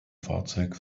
fahrzeug